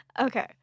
Okay